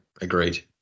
Agreed